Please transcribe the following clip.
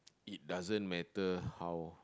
it doesn't matter how